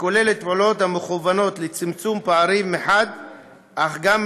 וכוללת פעולות המכוונות לצמצום פערים מחד גיסא,